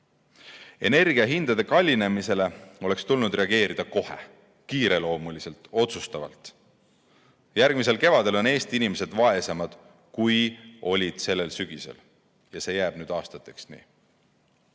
Energiahindade kallinemisele oleks tulnud reageerida kohe, kiireloomuliselt, otsustavalt. Järgmisel kevadel on Eesti inimesed vaesemad, kui olid sellel sügisel, ja see jääb nüüd aastateks nii.